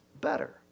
better